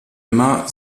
emma